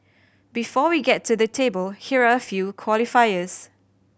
before we get to the table here are a few qualifiers